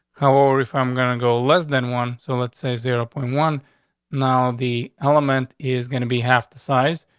however, if i'm gonna go less than one, so let's say zero point one now the element is going to be half the size,